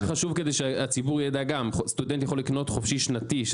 חשוב שהציבור יידע שסטודנט יכול לקנות חופשי שנתי,